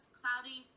cloudy